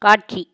காட்சி